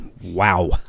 Wow